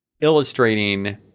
illustrating